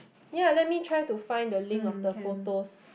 ya let me try to find the link of the photos